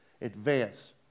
advance